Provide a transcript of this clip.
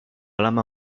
lama